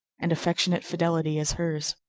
and affectionate fidelity as hers.